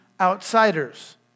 outsiders